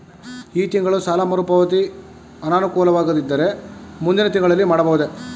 ಈ ತಿಂಗಳು ಸಾಲ ಮರುಪಾವತಿ ಅನಾನುಕೂಲವಾಗಿದ್ದರೆ ಮುಂದಿನ ತಿಂಗಳಲ್ಲಿ ಮಾಡಬಹುದೇ?